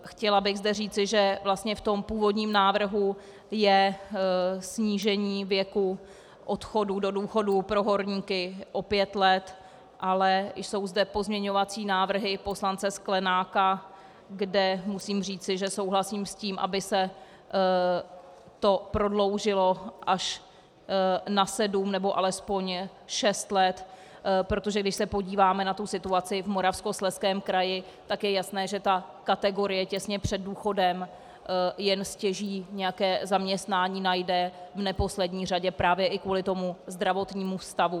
Chtěla bych zde říci, že vlastně v tom původním návrhu je snížení věku odchodu do důchodu pro horníky o pět let, ale jsou zde pozměňovací návrhy poslance Sklenáka, kde musím říci, že souhlasím s tím, aby se to prodloužilo až na sedm nebo alespoň šest let, protože když se podíváme na situaci v Moravskoslezském kraji, tak je jasné, že ta kategorie těsně před důchodem jen stěží nějaké zaměstnání najde, v neposlední řadě právě i kvůli zdravotnímu stavu.